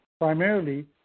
primarily